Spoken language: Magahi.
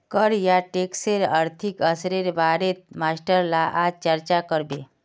कर या टैक्सेर आर्थिक असरेर बारेत मास्टर ला आज चर्चा करबे